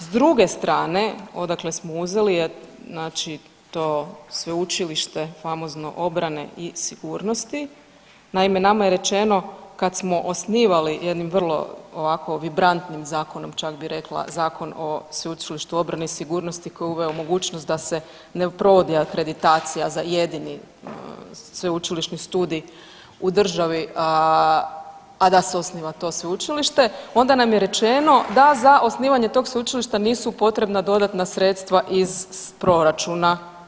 S druge strane odakle smo uzeli je znači to Sveučilište famozno obrane i sigurnosti. naime nama je rečeno, kad smo osnivali jednim vrlo ovako vibrantnim zakonom čak bi rekla, Zakon o sveučilištu obrane i sigurnosti koji je uveo mogućnost da se ne provodi akreditacija za jedini sveučilišni studij u državi a da se osniva to Sveučilište, onda nam je rečeno da za osnivanje tog Sveučilišta nisu potrebna dodatna sredstva iz proračuna.